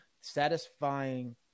satisfying